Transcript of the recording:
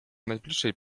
najbliższej